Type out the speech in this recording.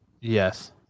yes